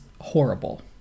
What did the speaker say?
horrible